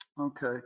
Okay